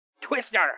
Twister